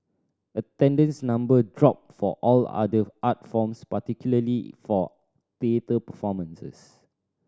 attendance number dropped for all other art forms particularly for theatre performances